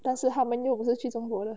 但是他们又不是去中国的